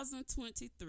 2023